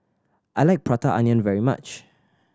I like Prata Onion very much